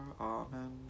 Amen